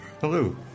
Hello